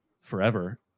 forever